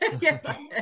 Yes